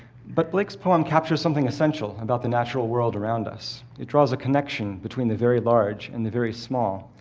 but blake's poem captures something essential about the natural world around us. it draws a connection between the very large and the very small,